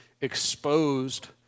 exposed